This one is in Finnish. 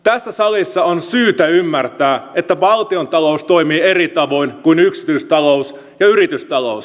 tässä salissa on syytä ymmärtää että valtiontalous toimii eri tavoin kuin yksityistalous ja yritystalous